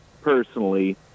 personally